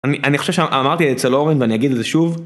אני חושב שאמרתי אצל אורן ואני אגיד את זה שוב